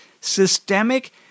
systemic